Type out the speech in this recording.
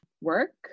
work